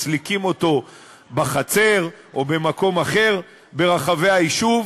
מסליקים אותו בחצר או במקום אחר ברחבי היישוב.